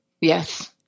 Yes